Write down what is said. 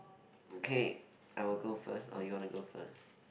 okay I will go first or you want to go first